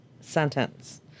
sentence